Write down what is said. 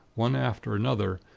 one after another,